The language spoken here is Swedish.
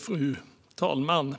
Fru talman!